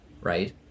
right